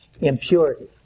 impurity